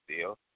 deal